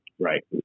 Right